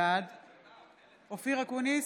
בעד אופיר אקוניס,